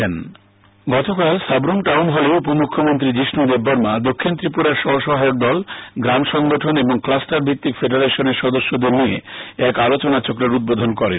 উপমুখ্যমন্ত্রী গতকাল সাব্রুম টাউন হলে উপমুখ্যমন্ত্রী শীষ্ণু দেববর্মা দক্ষিণ ত্রিপুরার স্ব সহায়ক দল গ্রাম সংগঠন ও ক্লাস্টার ভিত্তিক ফেডারেশনের সদস্যদের নিয়ে এক আলোচনাচক্রের উদ্বোধন করেন